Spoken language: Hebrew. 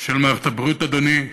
של מערכת הבריאות, אדוני,